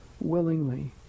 willingly